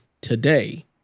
today